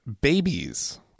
babies